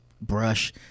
brush